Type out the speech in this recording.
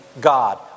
God